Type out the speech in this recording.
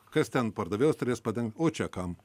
kas ten pardavėjos turės padengt o čia kam